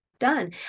done